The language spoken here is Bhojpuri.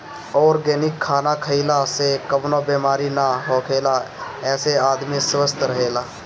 ऑर्गेनिक खाना खइला से कवनो बेमारी ना होखेला एसे आदमी स्वस्थ्य रहेला